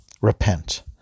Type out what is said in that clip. Repent